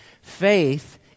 Faith